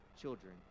children